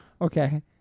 Okay